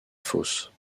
fosse